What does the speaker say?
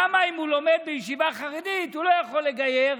למה אם הוא לומד בישיבה חרדית הוא לא יכול לגייר,